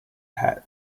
had